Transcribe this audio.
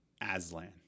Aslan